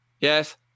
Yes